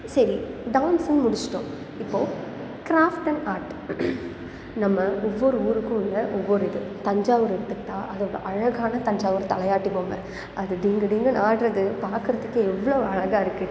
சரி டான்ஸுன்னு முடிச்சுட்டோம் இப்போது க்ராஃப்ட் அண்ட் ஆர்ட் நம்ம ஒவ்வொரு ஊருக்கும் உள்ள ஒவ்வொரு இது தஞ்சாவூர் எடுத்துக்கிட்டால் அதோடய அழகான தஞ்சாவூர் தலையாட்டி பொம்மை அது டிங்கு டிங்குன்னு ஆடுறது பார்க்கறதுக்கே எவ்வளோ அழகாக இருக்குது